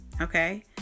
Okay